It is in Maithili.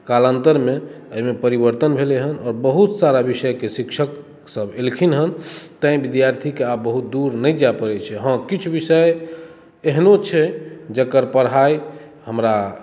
कालान्तरमे एहिमे परिवर्तन भेलै हेँ आओर बहुत सारा विषयके शिक्षक सभ एलखिन हेँ तैँ विद्यार्थीके आब बहुत दूर नहि जाइ पड़ै छै हँ किछु विषय एहनो छै जकर पढ़ाइ हमरा